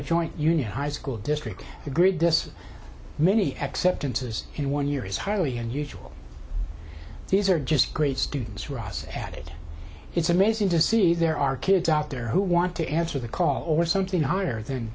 nevada joint union high school district agreed this many acceptances in one year is highly unusual these are just great students ross added it's amazing to see there are kids out there who want to answer the call or something higher than